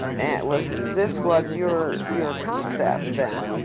was this was your your concept, then,